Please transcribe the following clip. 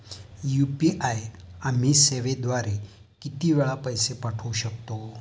UPI आम्ही सेवेद्वारे किती वेळा पैसे पाठवू शकतो?